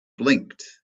blinked